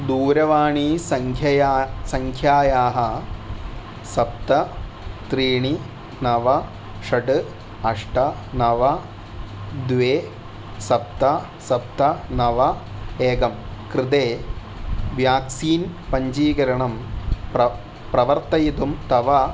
दूरवाणीसङ्ख्यायाः सप्त त्रीणि नव षट् अष्ट नव द्वे सप्त सप्त नव एकम् कृते व्याक्सीन् पञ्जीकरणं प्रवर्तयितुं तव